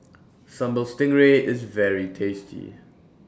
Sambal Stingray IS very tasty